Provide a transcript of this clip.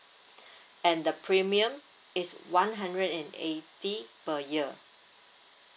and the premium is one hundred and eighty per year